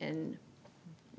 and